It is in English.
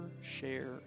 share